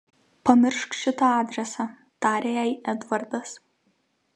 pamiršk šitą adresą tarė jai edvardas